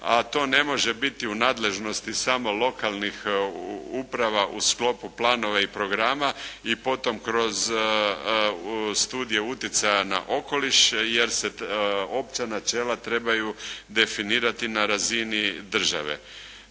a to ne može biti u nadležnosti samo lokalnih uprava u sklopu planova i programa i potom kroz studije utjecaja na okoliš jer se opća načela trebaju definirati na razini države.